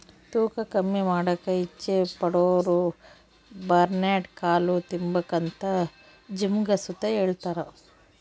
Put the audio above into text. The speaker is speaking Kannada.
ತೂಕ ಕಮ್ಮಿ ಮಾಡಾಕ ಇಚ್ಚೆ ಪಡೋರುಬರ್ನ್ಯಾಡ್ ಕಾಳು ತಿಂಬಾಕಂತ ಜಿಮ್ನಾಗ್ ಸುತ ಹೆಳ್ತಾರ